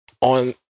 on